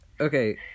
okay